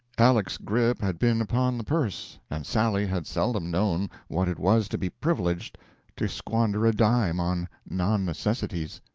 aleck's grip had been upon the purse, and sally had seldom known what it was to be privileged to squander a dime on non-necessities.